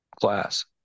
class